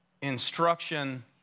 instruction